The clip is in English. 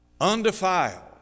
undefiled